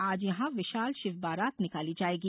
आज यहां विशाल शिव बारात निकाली जायेगी